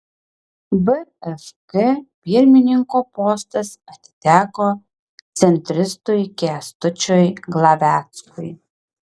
bfk pirmininko postas atiteko centristui kęstučiui glaveckui